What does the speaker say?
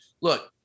look